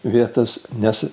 vietos nes